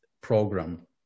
program